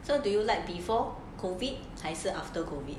so do you like before COVID 还是 after COVID